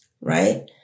Right